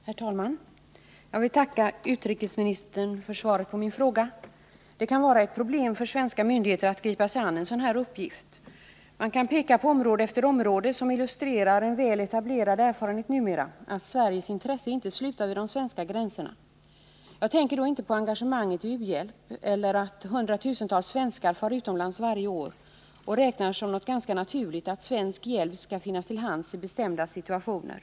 Herr talman! Jag vill tacka utrikesministern för svaret på min fråga. Det kan vara ett problem för svenska myndigheter att gripa sig an en sådan här uppgift. Man kan peka på område efter område som illustrerar en numera väl etablerad erfarenhet, att Sveriges intresse inte slutar vid de svenska gränserna. Jag tänker då inte på engagemanget i u-hjälp eller på att hundratusentals svenskar far utomlands varje år och räknar med som något ganska naturligt att svensk hjälp skall finnas till hands i bestämda situationer.